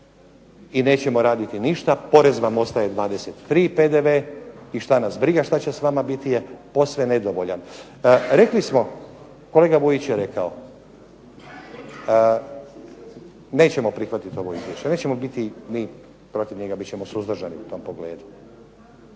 i nećemo raditi ništa, porez vam ostaje 23 PDV i što nas briga što će s vama biti je posve nedovoljan. Rekli smo kolega Vujić je rekao, nećemo prihvatiti ovo izvješće, nećemo biti ni protiv njega, bit ćemo suzdržani u tom pogledu.